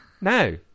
No